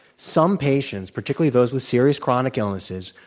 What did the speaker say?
some patients, particularly those with serious chronic illnesses,